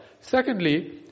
Secondly